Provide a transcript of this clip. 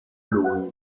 lui